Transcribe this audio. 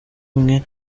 imwe